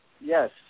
Yes